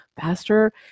faster